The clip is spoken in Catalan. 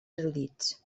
erudits